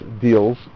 deals